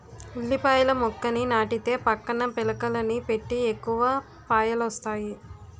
ఉల్లిపాయల మొక్కని నాటితే పక్కన పిలకలని పెట్టి ఎక్కువ పాయలొస్తాయి